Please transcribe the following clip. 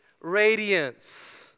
radiance